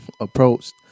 approached